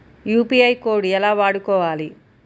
UPI code ఎలా వాడుకోవాలి?